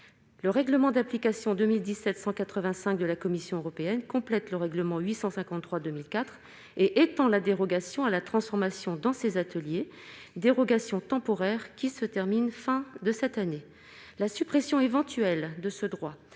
le règlement d'application 2000 1785 de la Commission européenne complète le règlement 853 2004 et étant la dérogation à la transformation dans ses ateliers dérogations temporaires qui se termine fin de cette année la suppression éventuelle de ce droit,